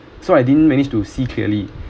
so I didn't manage to see clearly